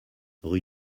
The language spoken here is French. rue